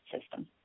system